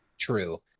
true